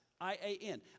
I-A-N